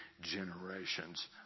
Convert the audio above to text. generations